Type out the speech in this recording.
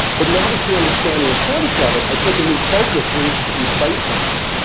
but now that you understand the importance of it, i think a new focus needs to be placed on that.